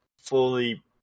fully